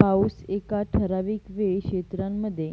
पाऊस एका ठराविक वेळ क्षेत्रांमध्ये,